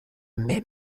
même